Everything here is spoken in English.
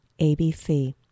ABC